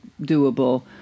doable